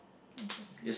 interesting